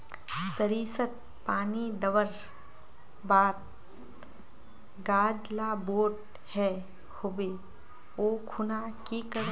सरिसत पानी दवर बात गाज ला बोट है होबे ओ खुना की करूम?